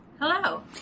Hello